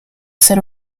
ser